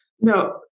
No